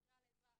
ועוד קריאה לעזרה.